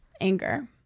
Anger